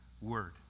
word